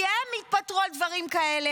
כי הם התפטרו על דברים כאלה,